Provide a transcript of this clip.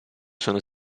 sono